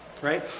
right